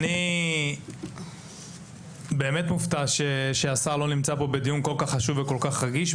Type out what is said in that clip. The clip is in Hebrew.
אני באמת מופתע שהשר לא נמצא פה בדיון כל כך חשוב וכל כך רגיש.